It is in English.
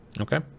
Okay